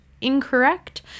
incorrect